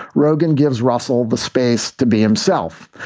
rogan gives russell the space to be himself.